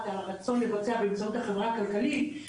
על הרצון לבצע באמצעות החברה הכלכלית,